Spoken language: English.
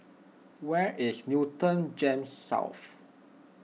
where is Newton Gems South